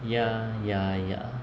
ya ya ya